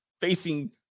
facing